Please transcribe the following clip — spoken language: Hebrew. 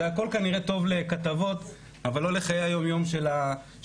זה הכול כנראה טוב לכתבות אבל לא לחיי היום-יום של האזרח,